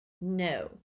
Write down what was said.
no